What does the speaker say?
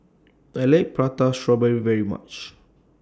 I like Prata Strawberry very much